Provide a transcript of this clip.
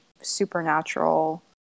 supernatural